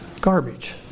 Garbage